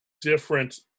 different